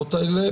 המגבלות האלה.